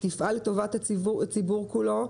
היא תפעל לטובת הציבור כולו.